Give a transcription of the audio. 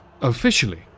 Officially